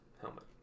helmet